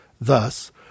Thus